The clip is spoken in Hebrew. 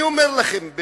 אני אומר לכם,